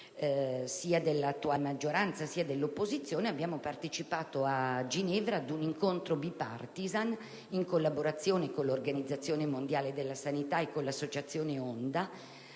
sia dell'attuale maggioranza sia dell'opposizione, abbiamo partecipato a Ginevra ad un incontro *bipartisan*, in collaborazione con l'Organizzazione mondiale della sanità e con l'associazione ONDA,